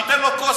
שייתן לו כוס,